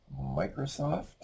Microsoft